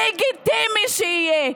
לגיטימי שיהיה,